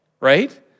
right